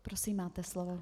Prosím, máte slovo.